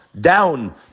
down